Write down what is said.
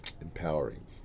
empowering